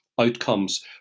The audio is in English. outcomes